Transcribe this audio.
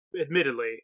admittedly